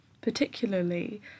particularly